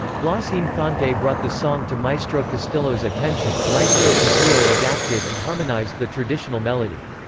blas infante brought the song to maestro castillo's attention maestro castillo adapted and harmonized the traditional melody.